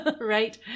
Right